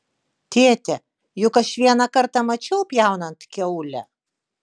tėte juk aš vieną kartą mačiau pjaunant kiaulę